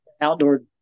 outdoor